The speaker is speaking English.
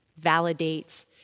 validates